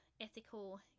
ethical